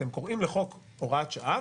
אתם קוראים לחוק הוראת שעה,